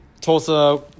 Tulsa